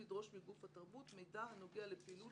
לדרוש מגוף תרבות מידע הנוגע לפעילות